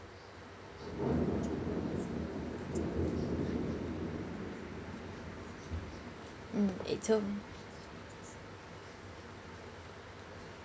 mm eight two